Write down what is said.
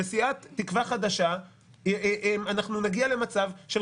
בסיעת תקווה חדשה נגיע למצב של